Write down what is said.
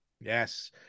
yes